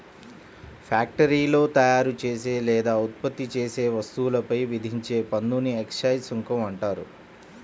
ఫ్యాక్టరీలో తయారుచేసే లేదా ఉత్పత్తి చేసే వస్తువులపై విధించే పన్నుని ఎక్సైజ్ సుంకం అంటారు